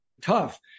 tough